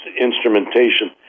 instrumentation